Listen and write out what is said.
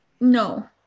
no